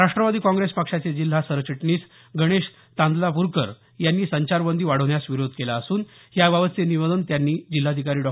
राष्ट्रवादी काँग्रेस पक्षाचे जिल्हा सरचिटणीस गणेश तांदलापूरकर यांनी संचारबंदी वाढवण्यास विरोध केला असून याबाबतचे निवेदन त्यांनी जिल्हाधिकारी डॉ